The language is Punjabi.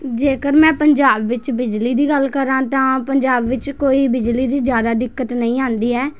ਜੇਕਰ ਮੈਂ ਪੰਜਾਬ ਵਿੱਚ ਬਿਜਲੀ ਦੀ ਗੱਲ ਕਰਾਂ ਤਾਂ ਪੰਜਾਬ ਵਿੱਚ ਕੋਈ ਬਿਜਲੀ ਦੀ ਜ਼ਿਆਦਾ ਦਿੱਕਤ ਨਹੀਂ ਆਉਂਦੀ ਹੈ